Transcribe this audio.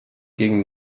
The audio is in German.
gegen